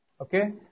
Okay